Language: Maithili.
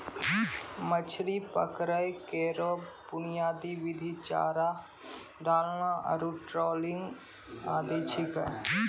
मछरी पकड़ै केरो बुनियादी विधि चारा डालना आरु ट्रॉलिंग आदि छिकै